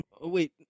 Wait